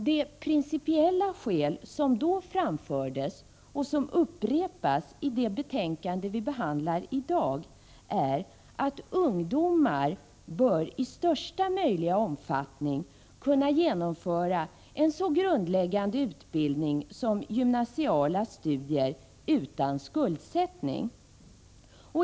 De principiella skäl som framfördes och som upprepas i det betänkande vi behandlar i dag är att ungdomar i största möjliga omfattning bör kunna genomföra en så grundläggande utbildning som gymnasiala studier utan skuldsättning.